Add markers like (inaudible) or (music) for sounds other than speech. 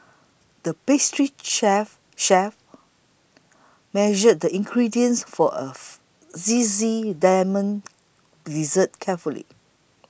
the pastry chef chef measured the ingredients for a (noise) Zesty Lemon Dessert carefully